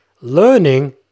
learning